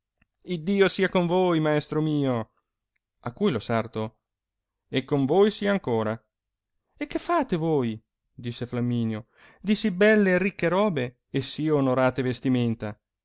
iddio sia con voi maestro mio a cui lo sarto e con voi sia ancora e che fate voi disse flamminio di sì belle e ricche robe e sì onorate vestimenta